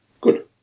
Good